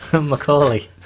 Macaulay